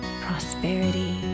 prosperity